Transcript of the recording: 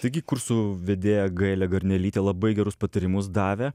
taigi kursų vedėja gailė garnelytė labai gerus patarimus davė